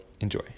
enjoy